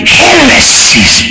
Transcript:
heresies